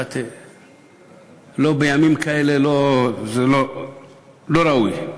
ובימים כאלה זה לא ראוי,